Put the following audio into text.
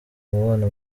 umubano